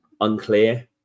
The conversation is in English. unclear